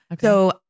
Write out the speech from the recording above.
So-